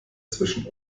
zwischen